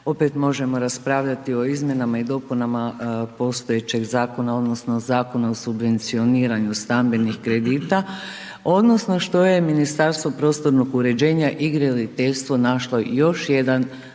opet možemo raspravljati o izmjenama i dopunama postojećeg zakona odnosno Zakona o subvencioniranju stambenih kredita odnosno što je Ministarstvo prostornog uređenja i graditeljstvo našlo još jedan